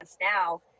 now